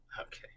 Okay